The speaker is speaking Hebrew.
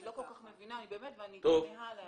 אני לא כל כך מבינה ואני תמהה על ההערה.